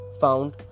found